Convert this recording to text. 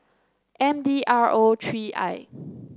M D R O three I